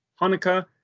Hanukkah